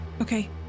Okay